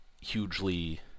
hugely